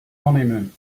honeymoon